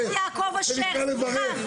זה נקרא לברך?